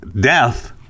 death